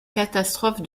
catastrophe